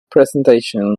presentation